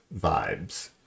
vibes